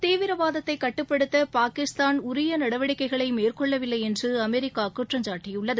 தீவிரவாதத்தை கட்டுப்படுத்த பாகிஸ்தான் உரிய நடவடிக்கைகளை மேற்கொள்ளவில்லை என்று அமெரிக்கா குற்றம் சாட்டியுள்ளது